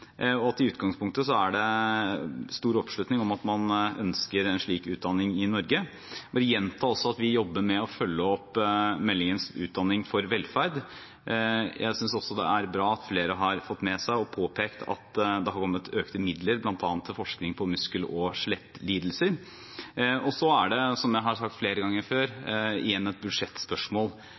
ønsker en slik utdanning i Norge. Jeg vil også gjenta at vi jobber med å følge opp meldingen Utdanning for velferd. Jeg synes også det er bra at flere har fått med seg og påpekt at det har kommet økte midler til bl.a. forskning på muskel- og skjelettlidelser. Så er det, som jeg har sagt flere ganger før, igjen et budsjettspørsmål